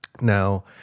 now